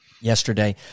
yesterday